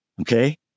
Okay